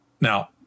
Now